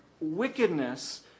wickedness